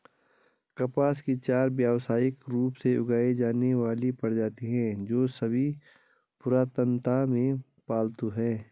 कपास की चार व्यावसायिक रूप से उगाई जाने वाली प्रजातियां हैं, जो सभी पुरातनता में पालतू हैं